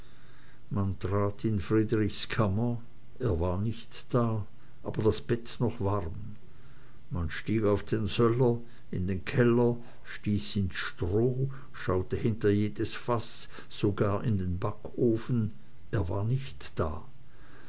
man trat in friedrichs kammer er war nicht da aber das bett noch warm man stieg auf den söller in den keller stieß ins stroh schaute hinter jedes faß sogar in den backofen er war nicht da